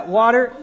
water